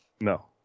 No